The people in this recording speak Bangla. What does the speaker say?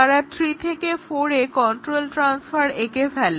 তারা 3 থেকে 4 এ কন্ট্রোলের ট্রানস্ফার এঁকে ফেলে